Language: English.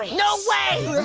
but no way!